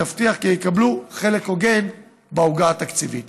ותבטיח כי תקבל חלק הוגן בעוגה התקציבית.